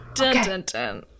Okay